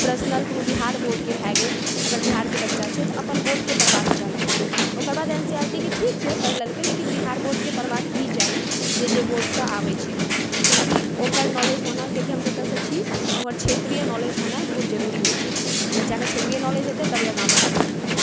personal कोनो बिहार बोर्डकेँ भै गेल अगर बिहारके बच्चा छै तऽ अपन बोर्डके पढ़बाक चाही ओकर बाद N C E R T के ठीक छै पढ़ी लेलकै लेकिन बिहार बोर्डके पढ़बाके ही चाही जे जे बोर्डसँ आबैत छै किआकि ओकर नॉलेज होना किआकि हम जतए से छी हमर क्षेत्रीय नॉलेज होना बहुत जरूरी होइत छै बच्चाकेँ क्षेत्रीय नॉलेज हेतय तबहीयै आगाँ बढ़तय